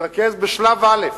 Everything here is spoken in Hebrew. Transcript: שתתרכז בשלב א'